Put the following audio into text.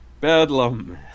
Bedlam